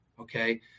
okay